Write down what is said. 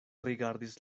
rigardis